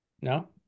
No